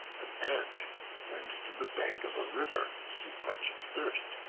ant went to the bank of a river to quench its thirst,